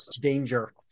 danger